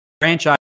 franchise